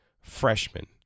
freshman